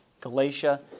Galatia